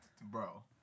Bro